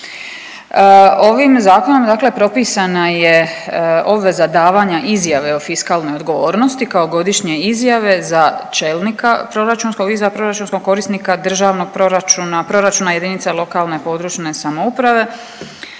Ovim zakonom dakle propisana je obveza davanja izjave o fiskalnoj odgovornosti kao godišnje izjave za čelnika proračunskog i izvanproračunskog korisnika državnog proračuna, proračuna JLPS i čelnik tom izjavom,